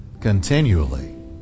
continually